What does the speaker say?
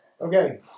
Okay